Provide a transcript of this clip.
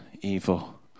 evil